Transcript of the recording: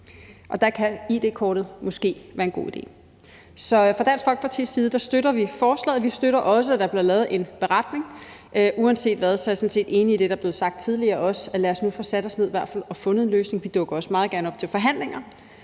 og der kan id-kortet måske være en god idé. Så fra Dansk Folkepartis side støtter vi forslaget. Vi støtter også, at der bliver lavet en beretning. Uanset hvad er jeg sådan set enig i det, der også er blevet sagt tidligere: Lad os nu i hvert fald få sat os ned og få fundet en løsning. Vi dukker også meget gerne op til forhandlinger.